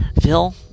Phil